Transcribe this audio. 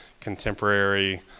contemporary